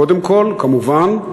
קודם כול, כמובן,